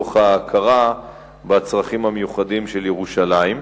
מתוך ההכרה בצרכים המיוחדים של ירושלים.